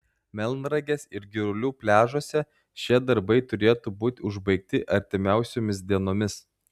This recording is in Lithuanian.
melnragės ir girulių pliažuose šie darbai turėtų būti užbaigti artimiausiomis dienomis